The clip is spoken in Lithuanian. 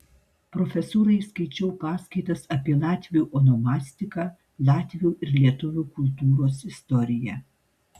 profesūrai skaičiau paskaitas apie latvių onomastiką latvių ir lietuvių kultūros istoriją